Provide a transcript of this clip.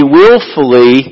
willfully